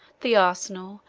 the arsenal,